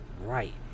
right